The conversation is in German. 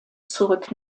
zurück